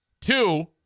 two